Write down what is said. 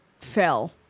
fell